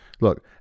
look